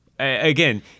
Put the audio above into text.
Again